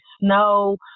snow